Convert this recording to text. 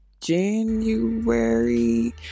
January